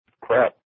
Crap